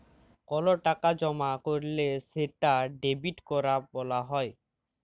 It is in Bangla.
কল টাকা জমা ক্যরলে সেটা ডেবিট ক্যরা ব্যলা হ্যয়